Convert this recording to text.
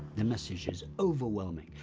the message is overwhelming,